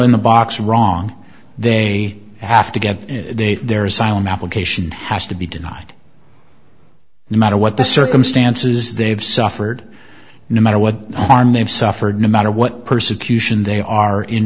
in the box wrong they have to get their asylum application has to be denied no matter what the circumstances they've suffered no matter what harm them suffered no matter what persecution they are in